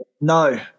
No